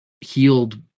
healed